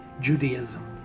Judaism